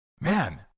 Man